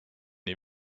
nii